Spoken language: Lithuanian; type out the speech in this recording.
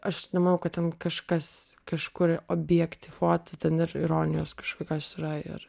aš nemanau kad ten kažkas kažkur objektyvuota ten ir ironijos kažkokios yra ir